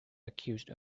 accused